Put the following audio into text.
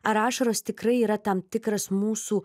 ar ašaros tikrai yra tam tikras mūsų